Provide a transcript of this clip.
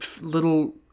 little